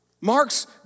Mark's